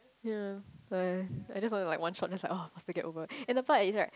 yea I I just only like one shot and that's all must get over and the part is like